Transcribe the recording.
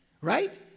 Right